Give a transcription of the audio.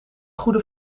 goede